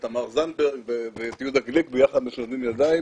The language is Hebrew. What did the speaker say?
את תמר זנדברג ואת יהודה גליק ביחד משלבים ידיים